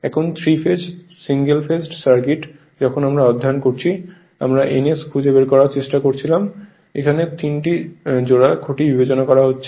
এখন 3 phase single phased circuit যখন আমরা অধ্যয়ন করছি আমরা ns খুঁজে বের করার চেষ্টা করছিলাম এখানে 3টি জোড়া খুঁটির বিবেচনা করা হচ্ছে